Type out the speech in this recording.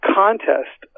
contest